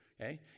okay